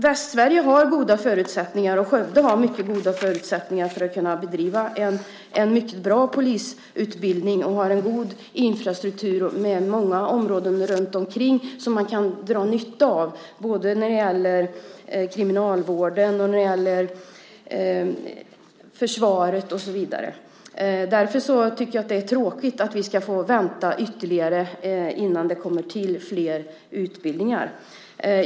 Västsverige har goda förutsättningar och Skövde har mycket goda förutsättningar att kunna bedriva en mycket bra polisutbildning och har en god infrastruktur med många områden runtomkring som man kan dra nytta av när det gäller kriminalvården, försvaret och så vidare. Därför tycker jag att det är tråkigt att vi ska få vänta ytterligare innan det kommer till fler utbildningar.